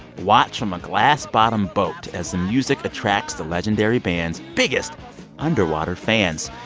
watch from a glass bottom boat as the music attracts the legendary band's biggest underwater fans.